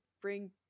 bring